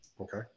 okay